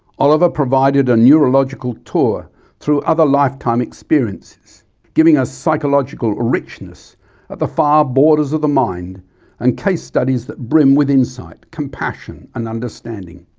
oliver provided a neurological tour through other lifetime experiences giving us psychological richness at the far borders of the mind and case studies that brim with insight, compassion and understanding.